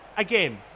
Again